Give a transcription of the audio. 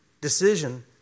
decision